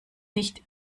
nicht